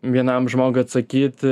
vienam žmogui atsakyti